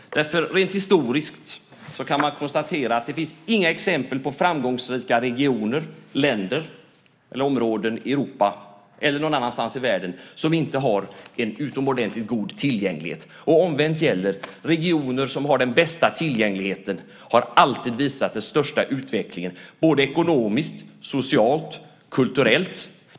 Rent historiskt kan man nämligen konstatera att det inte finns några exempel på framgångsrika regioner, länder eller områden i Europa eller någon annanstans i världen som inte har en utomordentligt god tillgänglighet. Och omvänt gäller att regioner som har den bästa tillgängligheten alltid har visat den största utvecklingen ekonomiskt, socialt och kulturellt.